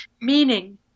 meaning